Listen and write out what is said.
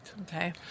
Okay